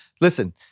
Listen